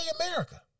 America